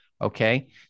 okay